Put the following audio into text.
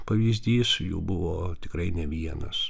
pavyzdys jų buvo tikrai ne vienas